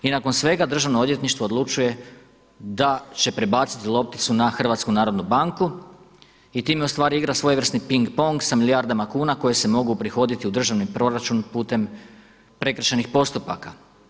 I nakon svega, Državno odvjetništvo odlučuje da će prebaciti lopticu na HNB i time ustvari igra svojevrsni ping-pong sa milijardama kuna koje se mogu uprihoditi u državni proračun putem prekršajnih postupaka.